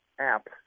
app